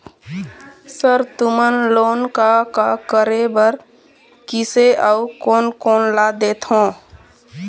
Sir तुमन loan का का करें बर, किसे अउ कोन कोन ला देथों?